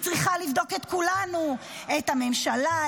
היא צריכה לבדוק את כולנו --- את הממשלה,